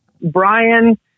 Brian